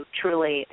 truly